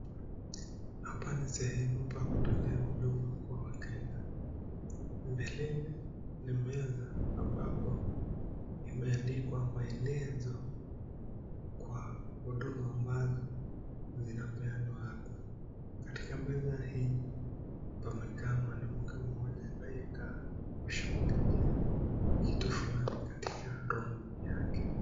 Hapa ni sehemu pa kutolea huduma kwa wakenya. Mbeleni ni meza ambapo imeandikwa maelezo kwa huduma ambazo Zina peanwa hapa . Katika meza hii amekaa mwanamke mmjoja anayekaa kushughulikia kitu fulani katika (computer) yake.